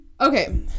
okay